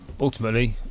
ultimately